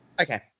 okay